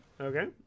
okay